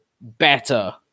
better